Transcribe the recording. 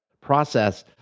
process